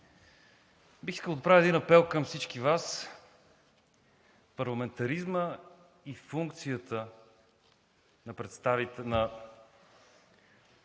Бих искал да отправя един апел към всички Вас – парламентаризмът и функцията на представите на